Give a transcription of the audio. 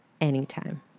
anytime